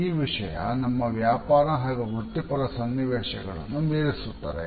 ಈ ವಿಷಯ ನಮ್ಮ ವ್ಯಾಪಾರ ಹಾಗು ವೃತ್ತಿಪರ ಸನ್ನಿವೇಶಗಳನ್ನು ಮೀರಿಸುತ್ತದೆ